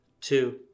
two